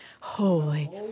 holy